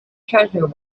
treasure